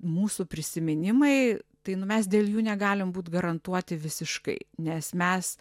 mūsų prisiminimai tai nu mes dėl jų negalim būt garantuoti visiškai nes mes